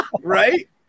Right